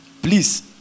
Please